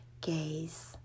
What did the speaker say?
gaze